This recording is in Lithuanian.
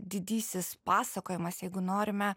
didysis pasakojimas jeigu norime